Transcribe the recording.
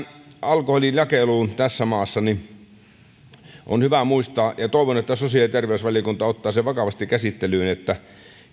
alkoholin jakeluun tässä maassa niin on hyvä muistaa ja toivon että sosiaali ja terveysvaliokunta ottaa sen vakavasti käsittelyyn että